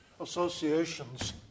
associations